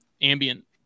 ambient